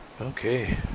okay